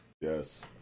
Yes